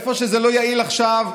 איפה שזה לא יעיל עכשיו,